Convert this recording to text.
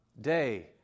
day